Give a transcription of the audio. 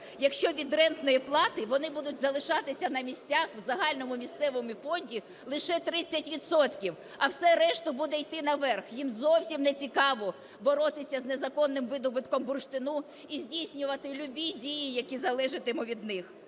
якщо від рентної плати вони будуть залишатися на місцях в загальному місцевому фонді лише 30 відсотків, а все решта буде йти наверх? Їм зовсім не цікаво боротися з незаконним видобутком бурштину і здійснювати любі дії, які залежатимуть від них.